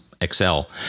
Excel